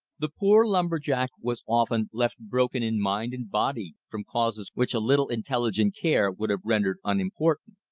the poor lumber-jack was often left broken in mind and body from causes which a little intelligent care would have rendered unimportant.